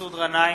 מסעוד גנאים,